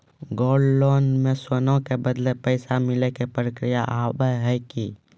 Gold loan मे सोना के बदले पैसा मिले के प्रक्रिया हाव है की?